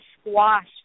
squash